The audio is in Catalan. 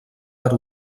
per